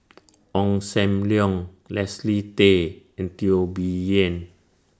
Ong SAM Leong Leslie Tay and Teo Bee Yen